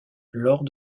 lors